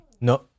no